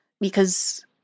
Because-